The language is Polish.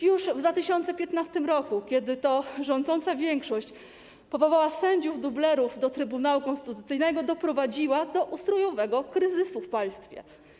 Już w 2015 r., kiedy to rządząca większość powołała sędziów dublerów do Trybunału Konstytucyjnego, doprowadziła do ustrojowego kryzysu w państwie.